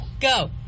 Go